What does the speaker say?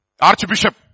Archbishop